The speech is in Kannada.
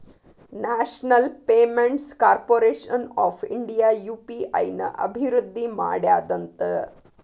national payments corporation of India UPI ನ ಅಭಿವೃದ್ಧಿ ಮಾಡ್ಯಾದಂತ